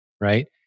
right